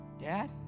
Dad